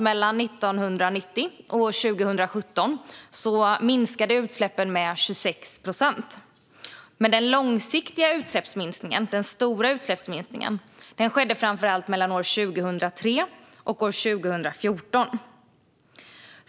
Mellan 1990 och 2017 minskade utsläppen med 26 procent. Men den långsiktiga utsläppsminskningen, den stora utsläppsminskningen, skedde framför allt mellan 2003 och 2014.